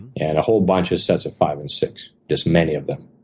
and a whole bunch of sets of five and six, just many of them.